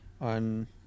on